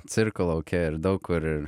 cirko lauke ir daug kur ir